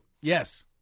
Yes